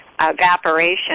evaporation